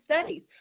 studies